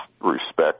respect